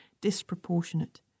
disproportionate